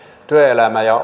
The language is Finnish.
työelämä ja